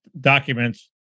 documents